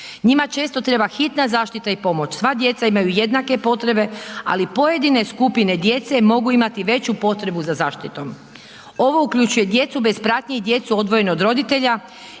Njima često treba hitna zaštita i pomoć, sva djeca imaju jednake potrebe, ali pojedine skupine djece mogu imati veću potrebu za zaštitom. Ovo uključuje djecu bez pratnje i djecu odvojene od roditelja,